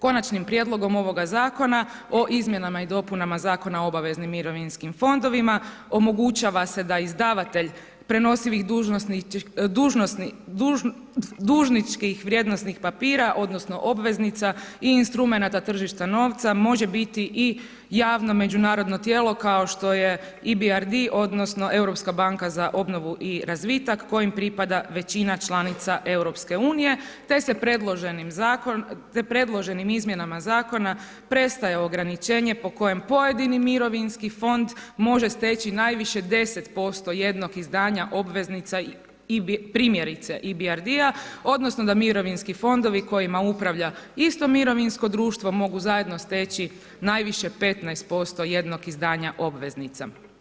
Konačnim prijedlogom ovog Zakona o izmjenama i dopunama Zakona o obaveznim mirovinskim fondovima omogućava se da izdavatelj prenosivih dužničkih vrijednosnih papira odnosno obveznica i instrumenata tržišta novca može biti i javno međunarodno tijelo kao što je EBRD odnosno Europska banka za obnovu i razvitak kojim pripada većina članica EU, te se predloženim izmjenama Zakona prestaje ograničenje po kojem pojedini mirovinski fond može steći najviše 10% jednog izdanja obveznici i primjerice EBRD-a odnosno da mirovinski fondovi kojima upravlja isto mirovinsko društvo mogu zajedno steći najviše 15% jednog izdanja obveznica.